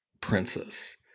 Princess